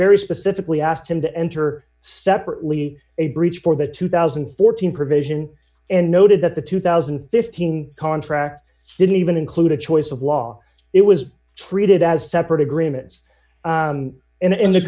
very specifically asked him to enter separately a breach for the two thousand and fourteen provision and noted that the two thousand and fifteen contract didn't even include a choice of law it was treated as separate agreements and in the